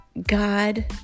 God